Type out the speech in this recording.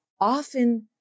Often